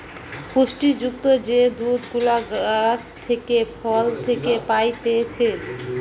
পুষ্টি যুক্ত যে দুধ গুলা গাছ থেকে, ফল থেকে পাইতেছে